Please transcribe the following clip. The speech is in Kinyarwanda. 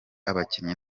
abakinnyi